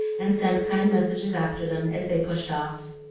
and sent kind messages after them as they pushed off.